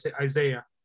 Isaiah